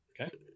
Okay